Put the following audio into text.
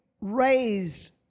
raised